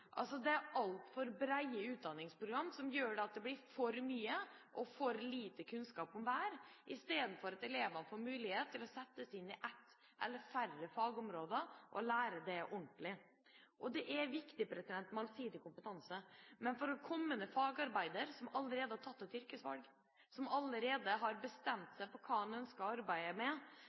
Det er altfor breie utdanningsprogram, som gjør at det blir for mye eller for lite kunnskap om hver del, i stedet for at elevene får mulighet til å sette seg inn i ett fagområde, eller færre fagområder, og lære det ordentlig. Det er viktig med allsidig kompetanse, men for kommende fagarbeidere som allerede har tatt et yrkesvalg, og som allerede har bestemt seg for hva man ønsker